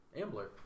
Ambler